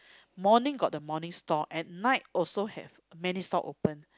morning got the morning stall at night also have many stall open